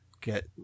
get